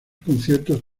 conciertos